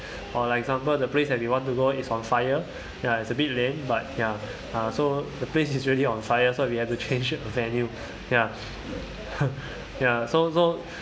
for like example the place that we wanted to go is on fire ya it's a bit lame but ya uh so the place is really on fire so if you have to change a venue ya ya so so